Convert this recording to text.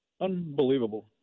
Unbelievable